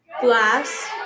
glass